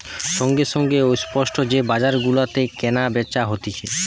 সঙ্গে সঙ্গে ও স্পট যে বাজার গুলাতে কেনা বেচা হতিছে